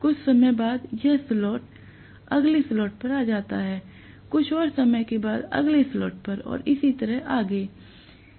कुछ समय बाद यह अगले स्लॉट पर आ रहा है कुछ और समय के बाद अगले स्लॉट पर और इसी तरह आगे आता है